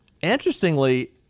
Interestingly